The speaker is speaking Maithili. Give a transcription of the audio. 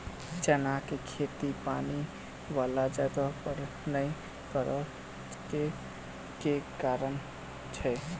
चना केँ खेती पानि वला जगह पर नै करऽ केँ के कारण छै?